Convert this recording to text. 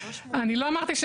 אני לא אמרתי,